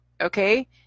okay